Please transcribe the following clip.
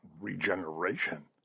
regeneration